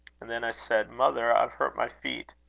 and then i said, mother, i've hurt my feet